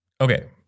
Okay